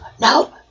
no